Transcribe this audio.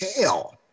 hell